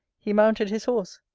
he mounted his horse.